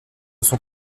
sont